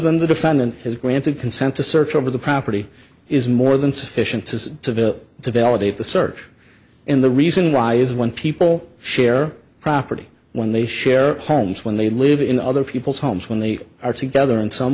than the defendant has granted consent to search over the property is more than sufficient to to validate the search in the reason why is when people share property when they share homes when they live in other people's homes when they are together in some